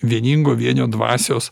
vieningo vienio dvasios